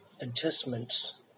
adjustments